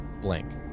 Blank